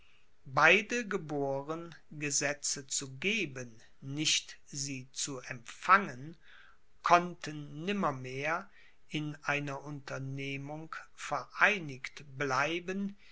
beide geboren gesetze zu geben nicht sie zu empfangen konnten nimmermehr in einer unternehmung vereinigt bleiben